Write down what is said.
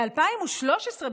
ב-2013,